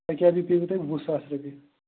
ہُو کیٛاہ پیوٕ تۄہہِ وُہ ساس رۄپیہِ